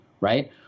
right